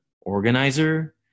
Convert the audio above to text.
organizer